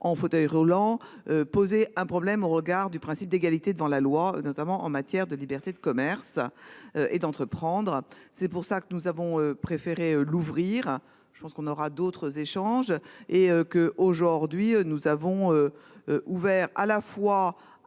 en fauteuil roulant. Poser un problème au regard du principe d'égalité devant la loi, notamment en matière de liberté de commerce. Et d'entreprendre. C'est pour ça que nous avons préféré l'ouvrir, je pense qu'on aura d'autres échanges et que aujourd'hui nous avons. Ouvert à la fois